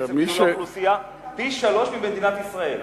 בקרב כל האוכלוסייה, פי-שלושה מבמדינת ישראל.